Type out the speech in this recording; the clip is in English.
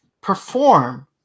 perform